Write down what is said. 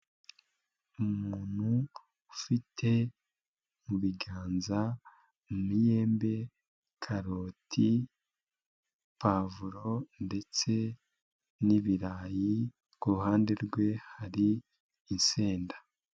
Umuntu ufite mu biganza imyembe, karoti, pavuro ndetse n'ibirayi kuruhande rwe hari insenda.